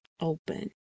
open